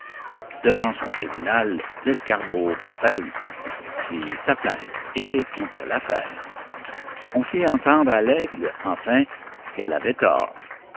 devant son tribunal l'escarbot comparut fit sa plainte et conta l'affaire on fit entendre à l'aigle enfin qu'elle avait tort